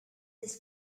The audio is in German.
des